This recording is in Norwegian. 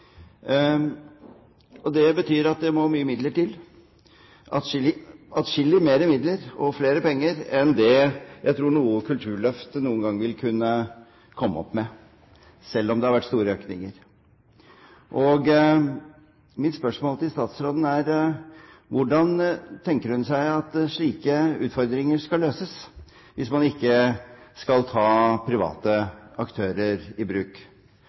betyr at det må mye midler til, atskillig mer midler og flere penger enn det jeg tror noe kulturløft noen gang vil kunne komme opp med, selv om det har vært store økninger. Mitt spørsmål til statsråden er: Hvordan tenker hun seg at slike utfordringer skal løses hvis man ikke skal ta private aktører i bruk?